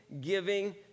giving